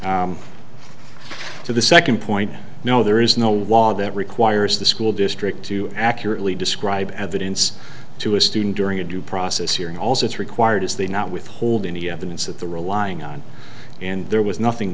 to the second point no there is no wall that requires the school district to accurately describe evidence to a student during a due process hearing also is required is they not withhold any evidence that the relying on and there was nothing